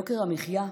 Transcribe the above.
יוקר המחיה,